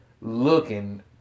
looking